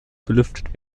belüftet